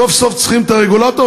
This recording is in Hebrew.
סוף-סוף צריכים את הרגולטור,